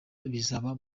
bizaba